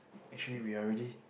actually we are already